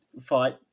fight